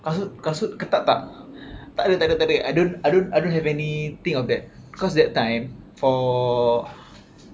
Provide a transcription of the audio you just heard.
kasut kasut ketat tak tak ada tak ada tak ada I don't I don't I don't have think of that cause that time for